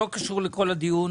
זה לא קשור לכל הדיון